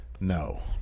no